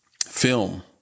film